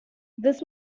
this